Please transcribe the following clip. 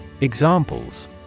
Examples